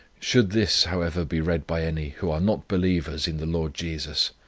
should this, however, be read by any who are not believers in the lord jesus,